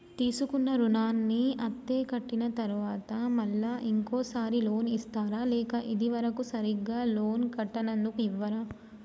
తీసుకున్న రుణాన్ని అత్తే కట్టిన తరువాత మళ్ళా ఇంకో సారి లోన్ ఇస్తారా లేక ఇది వరకు సరిగ్గా లోన్ కట్టనందుకు ఇవ్వరా?